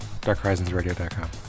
darkhorizonsradio.com